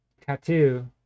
tattoo